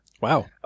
Wow